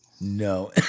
No